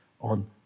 on